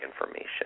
information